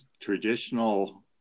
traditional